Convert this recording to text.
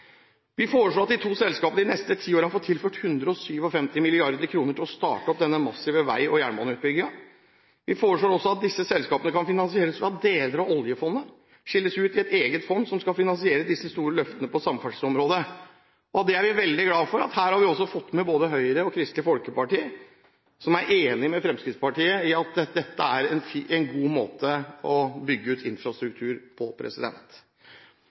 Vi foreslår at de to selskapene de neste ti årene får tilført 157 mrd. kr til å starte opp denne massive vei- og jernbaneutbyggingen. Vi foreslår også at disse selskapene kan finansieres med deler av oljefondet og skilles ut i et eget fond som skal finansiere disse store løftene på samferdselsområdet. Vi er veldig glad for at vi her har fått med oss både Høyre og Kristelig Folkeparti, som er enig med Fremskrittspartiet i at dette er en god måte å bygge ut infrastruktur på.